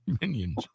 Minions